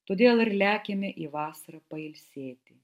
todėl ir lekiame į vasarą pailsėti